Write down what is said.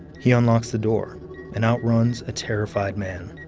he unlocks the door and out runs a terrified man.